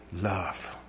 love